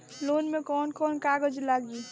Loan में कौन कौन कागज लागी?